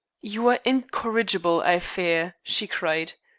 you are incorrigible, i fear, she cried.